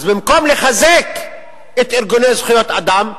אז במקום לחזק את ארגוני זכויות האדם,